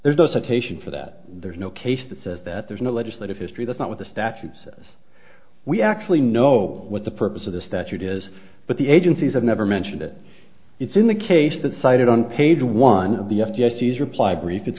taste for that there's no case that says that there's no legislative history that's not what the statute says we actually know what the purpose of the statute is but the agencies have never mentioned it it's in the case that cited on page one of the f jesse's reply brief it's